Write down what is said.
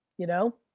you know?